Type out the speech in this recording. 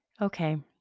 Okay